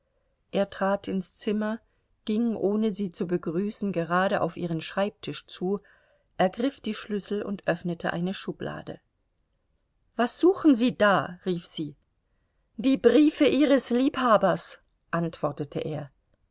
er trat ins zimmer ging ohne sie zu begrüßen gerade auf ihren schreibtisch zu ergriff die schlüssel und öffnete eine schublade was suchen sie da rief sie die briefe ihres liebhabers antwortete er